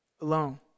alone